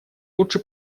лучше